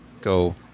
go